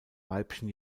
weibchen